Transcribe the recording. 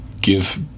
give